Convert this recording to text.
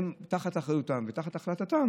תחת אחריותם ותחת החלטתם